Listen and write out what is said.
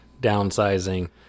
downsizing